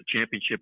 championship